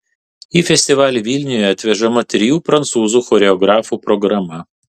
į festivalį vilniuje atvežama trijų prancūzų choreografų programa